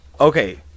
Okay